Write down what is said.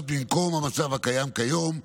במקום המצב הקיים כיום,